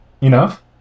enough